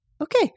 Okay